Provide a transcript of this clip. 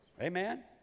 Amen